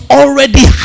already